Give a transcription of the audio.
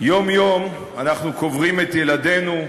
יום-יום אנחנו קוברים את ילדינו,